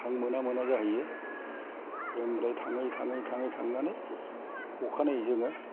हां मोना मोना जाहैयो बेनिफ्राय थाङै थाङै थाङै थांनानै अखानायै जोङो